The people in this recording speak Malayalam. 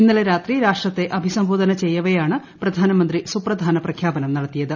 ഇന്നലെ രാത്രി രാഷ്ട്രത്തെ അഭിസംബോധന ചെയ്യവേയാണ് പ്രധാനമന്ത്രി സുപ്രധാന പ്രഖ്യാപനം നടത്തിയത്